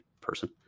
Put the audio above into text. person